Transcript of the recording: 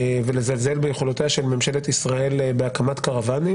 ולזלזל ביכולותיה של ממשלת ישראל בהקמת קרוואנים.